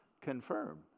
confirm